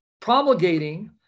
promulgating